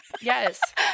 Yes